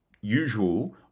usual